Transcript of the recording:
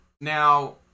Now